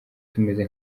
tumeze